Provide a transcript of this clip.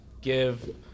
give